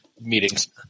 meetings